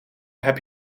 heb